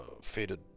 Faded